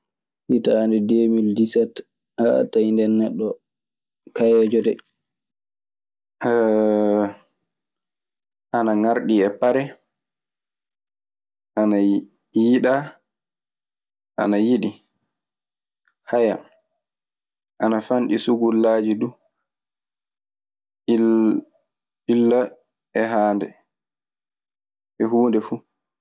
hitaande deemil diiset, a tawi ndee neɗɗo kaheejo ɗe. ana ŋarɗi e pare, ana yiɗaa, ana yiɗi, haya ana fanɗi sugullaaji illa e haande, ehuunde fu.